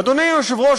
אדוני היושב-ראש,